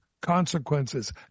consequences